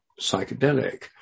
psychedelic